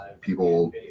people